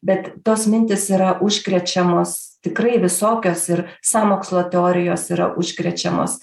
bet tos mintys yra užkrečiamos tikrai visokios ir sąmokslo teorijos yra užkrečiamos